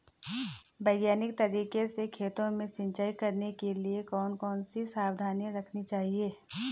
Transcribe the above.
वैज्ञानिक तरीके से खेतों में सिंचाई करने के लिए कौन कौन सी सावधानी रखनी चाहिए?